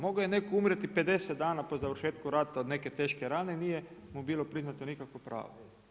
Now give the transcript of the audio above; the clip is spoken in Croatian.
Mogao je neko umrijeti 50 dana po završetku rata od neke teške rane nije mu bilo priznato nikakvo pravo.